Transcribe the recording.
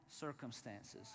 circumstances